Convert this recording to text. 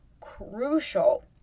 crucial